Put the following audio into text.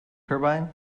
turbine